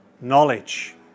Knowledge